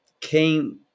came